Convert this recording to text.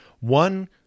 One